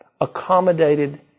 accommodated